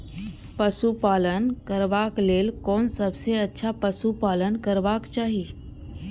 पशु पालन करबाक लेल कोन सबसँ अच्छा पशु पालन करबाक चाही?